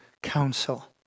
Counsel